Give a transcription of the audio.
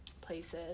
places